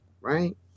Right